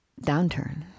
downturn